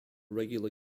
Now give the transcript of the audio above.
regular